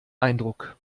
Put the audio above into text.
eindruck